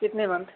कितने मंथ